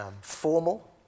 formal